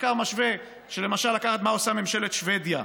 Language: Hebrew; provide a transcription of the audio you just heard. מחקר משווה, למשל מה עושה ממשלת שבדיה.